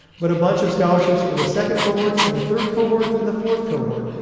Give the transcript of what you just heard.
but a bunch of scholarships for the second cohort and the third cohort, and the fourth cohort.